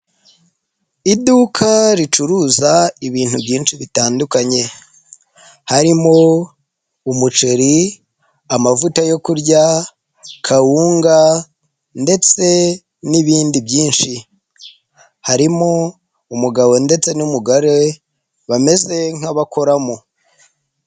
Iduka ricuruza ibintu byinshi bitandukanye, harimo umuceri, amavuta yo kurya, kawunga ndetse n'ibindi byinshi. Harimo umugabo ndetse n'umugore we bameze nk'abakoramo.